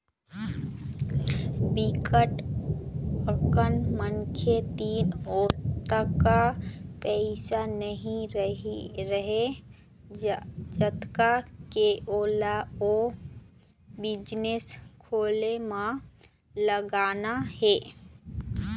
बिकट अकन मनखे तीर ओतका पइसा नइ रहय जतका के ओला ओ बिजनेस खोले म लगाना हे